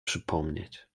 przypomnieć